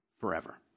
forever